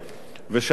וכשאנחנו רואים,